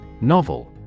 Novel